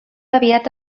aviat